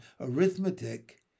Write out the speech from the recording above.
arithmetic